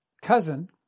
cousin